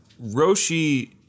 Roshi